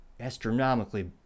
astronomically